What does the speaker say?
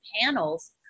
panels